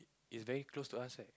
it's very close to us right